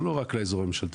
אבל לא רק לאזור הממשלתי,